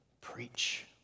preach